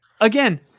Again